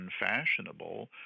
unfashionable